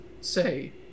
say